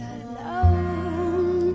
alone